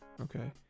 okay